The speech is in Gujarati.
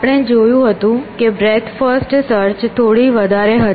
આપણે જોયું હતું કે બ્રેડ્થ ફર્સ્ટ સર્ચ થોડી વધારે હતી